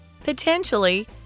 potentially